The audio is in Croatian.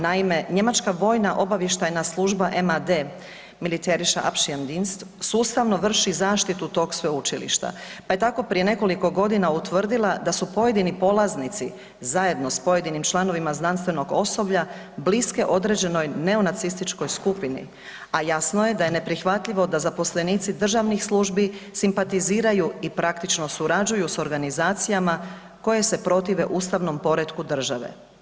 Naime, Njemačka vojna obavještajna služba MAD, Militärischer Abschirmdienst sustavno vrši zaštitu tog sveučilišta, pa je tako prije nekoliko godina utvrdila da su pojedini polaznici zajedno s pojedinim članovima znanstvenog osoblja bliske određenoj neonacističkoj skupini, a jasno je da je neprihvatljivo da zaposlenici državnih službi simpatiziraju i praktično surađuju s organizacijama koje se protive ustavnom poretku države.